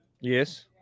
Yes